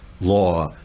law